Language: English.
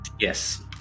yes